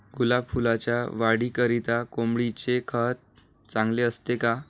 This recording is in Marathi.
गुलाब फुलाच्या वाढीकरिता कोंबडीचे खत चांगले असते का?